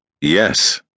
Yes